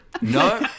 No